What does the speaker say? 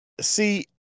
see